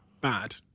bad